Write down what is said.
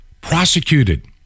prosecuted